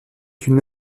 une